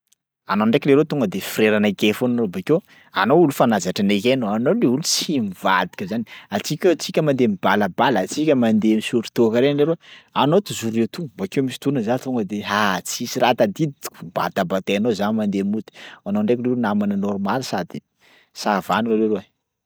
Anao ndraiky leroa tonga dia frera anakay foana anao bokeo anao olo fa nahazatra anakay anao le olo tsy mivadika zany, antsika tsika mandeha mibalabala antsika mandeha misotro toaka reny leroa anao toujours eto, bakeo misy fotoana za tonga de aah tsisy raha tadidiko, ts- batabatainao za mandeha mody. Anao ndraiky leroa namana normaly no sady ça va anao leroa.